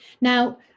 now